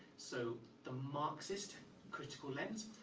so the marxist critical lens,